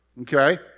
Okay